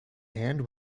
hand